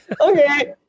okay